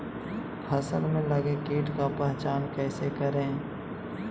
फ़सल में लगे किट का पहचान कैसे करे?